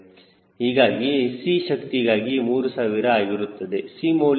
ಹೀಗಾಗಿ c ಶಕ್ತಿಗಾಗಿ 3000 ಆಗಿರುತ್ತದೆ c ಮೌಲ್ಯ ಎಷ್ಟು